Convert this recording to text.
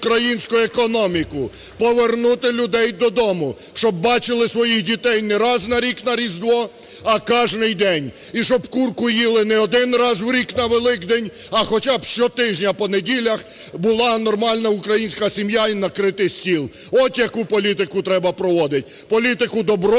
українську економіку, повернути людей додому, щоб бачили своїх дітей не раз на рік на Різдво, а кожний день. І щоб курку їли не один раз в рік на Великдень, а хоча б щотижня по неділях була нормальна українська сім'я і накритий стіл. От яку політику треба проводити – політику добробуту,